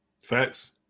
Facts